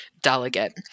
delegate